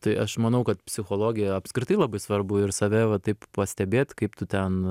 tai aš manau kad psichologija apskritai labai svarbu ir save va taip pastebėt kaip tu ten